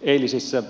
eilisissä